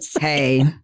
hey